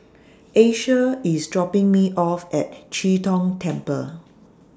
Asia IS dropping Me off At Chee Tong Temple